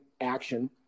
action